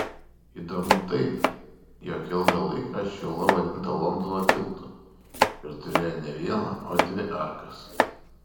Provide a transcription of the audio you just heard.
įdomu tai jog ilgą laiką ši uola vadinta londono tiltu ir turėjo ne vieną o dvi arkas